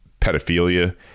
pedophilia